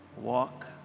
walk